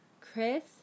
Chris